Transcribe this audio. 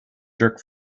jerk